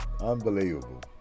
unbelievable